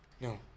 No